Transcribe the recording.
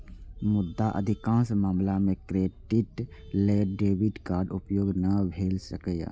मुदा अधिकांश मामला मे क्रेडिट लेल डेबिट कार्डक उपयोग नै भए सकैए